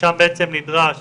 ושם בעצם נדרש